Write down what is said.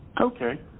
Okay